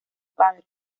padre